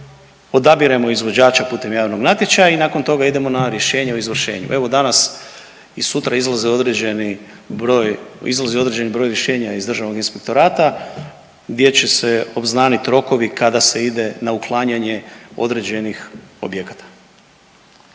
odabiremo izvođača putem javnog natječaja i nakon toga idemo na rješenje o izvršenju. Evo danas i sutra izlaze određeni broj, izlazi određeni broj rješenja iz Državnog inspektorata gdje će se obznanit rokovi kada se ide na uklanjanje određenih objekata.